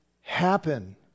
happen